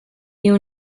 you